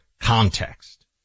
context